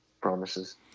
promises